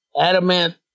Adamant